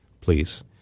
please